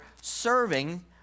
serving